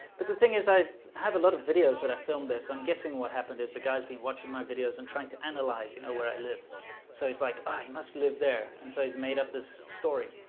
but the thing is i have a lot of videos that i filmed this i'm guessing what happened is the guy's been watching my videos and trying to analyze you know, where i live so he's like i must live there and so he's made up this story,